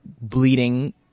bleeding